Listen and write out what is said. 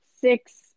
six